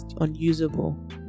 unusable